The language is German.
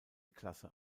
klasse